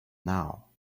now